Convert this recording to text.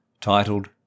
titled